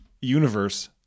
universe